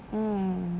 mm